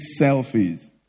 selfies